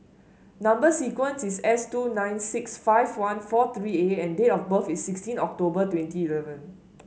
number sequence is S two nine six five one four three A and date of birth is sixteen October twenty eleven